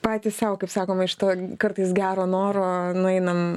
patys sau kaip sakom iš to kartais gero noro nueinam